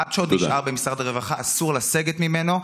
המעט שעוד נשאר במשרד הרווחה, אסור לסגת ממנו.